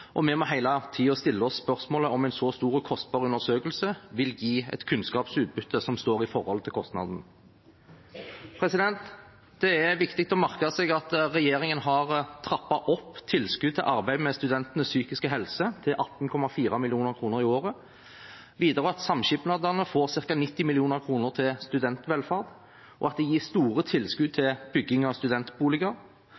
og vi må hele tiden stille oss spørsmål om en så stor og kostbar undersøkelse vil gi et kunnskapsutbytte som står i forhold til kostnaden. Det er viktig å merke seg at regjeringen har trappet opp tilskudd til arbeid med studentenes psykiske helse til 18,4 mill. kr i året samskipnadene får ca. 90 mill. kr til studentvelferd det gis store tilskudd